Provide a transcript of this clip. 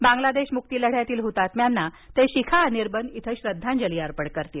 बांग्लादेश मुक्ती लढयातील हुतात्म्यांना ते शिखा अनिर्बन इथं श्रद्धांजली अर्पण करतील